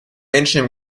menschen